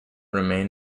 remain